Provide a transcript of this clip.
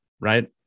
Right